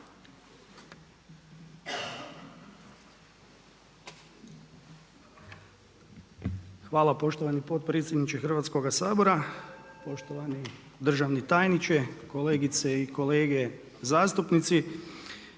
Hvala poštovani potpredsjedniče Hrvatskog sabora. Poštovani državni tajniče, kolegice i kolege zastupnici.